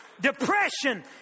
Depression